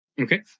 Okay